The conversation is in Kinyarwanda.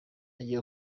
agiye